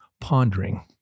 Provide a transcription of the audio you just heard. pondering